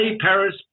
Paris